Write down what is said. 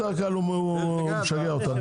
בדרך כלל הוא משגע אותנו.